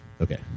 Okay